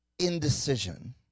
indecision